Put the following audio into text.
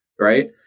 right